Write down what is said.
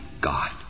God